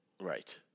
Right